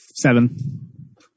Seven